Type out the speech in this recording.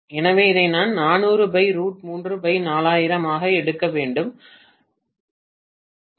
எனவே இதை நான் ஆக எடுக்க வேண்டும் 4000